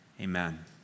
Amen